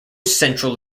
central